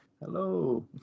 Hello